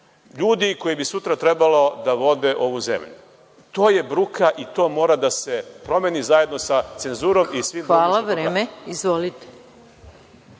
ljudi koji bi sutra trebalo da vode ovu zemlju. To je bruka, i to mora da se promeni zajedno sa cenzurom. **Maja Gojković** Hvala, vreme. Izvolite.